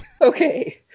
Okay